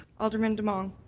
alderman demong?